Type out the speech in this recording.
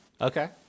okay